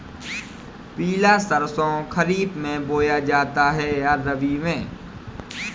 पिला सरसो खरीफ में बोया जाता है या रबी में?